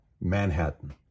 Manhattan